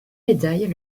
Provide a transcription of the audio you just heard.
médailles